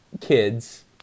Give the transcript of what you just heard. kids